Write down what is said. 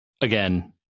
again